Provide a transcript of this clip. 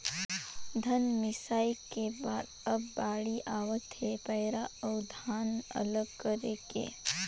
धन मिंसई के बाद अब बाड़ी आवत हे पैरा अउ धान अलग करे के